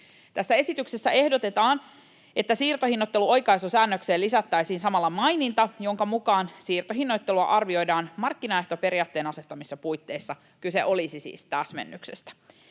Esityksessä ehdotetaan, että siirtohinnoitteluoikaisusäännökseen lisättäisiin samalla maininta, jonka mukaan siirtohinnoittelua arvioidaan markkinaehtoperiaatteen asettamissa puitteissa. Kyse olisi siis täsmennyksestä.